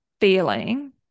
feeling